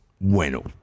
Bueno